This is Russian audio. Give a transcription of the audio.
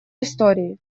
истории